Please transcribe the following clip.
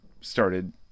started